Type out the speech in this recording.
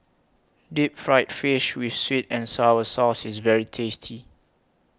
Deep Fried Fish with Sweet and Sour Sauce IS very tasty